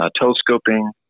telescoping